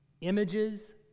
images